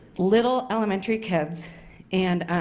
little elementary kids and